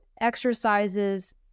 exercises